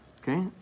Okay